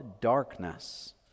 darkness